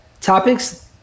topics